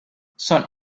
son